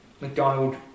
McDonald